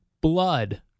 blood